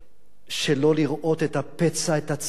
שלא לראות את הפצע, את הצלקת,